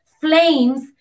flames